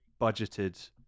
budgeted